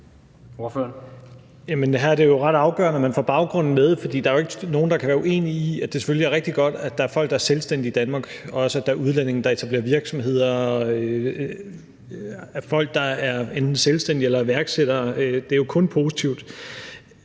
her er det ret afgørende, at man får baggrunden med, for der er jo ikke nogen, der kan være uenige i, at det selvfølgelig er rigtig godt, at der er folk i Danmark, der er selvstændige, og også at der er udlændinge, der etablerer virksomheder – at der er folk, der er enten selvstændige eller iværksættere, er jo kun positivt.